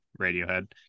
Radiohead